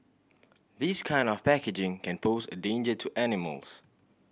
this kind of packaging can pose a danger to animals